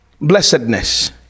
blessedness